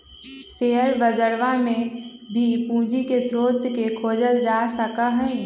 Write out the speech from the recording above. share बजरवा में भी पूंजी के स्रोत के खोजल जा सका हई